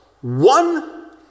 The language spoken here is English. One